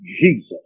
Jesus